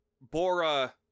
Bora